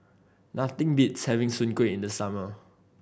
nothing beats having soon kway in the summer